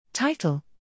Title